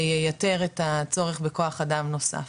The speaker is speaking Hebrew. אז אנחנו ברשותך יענקי נאפשר לו כן להגיד את דברו,